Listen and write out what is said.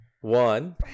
One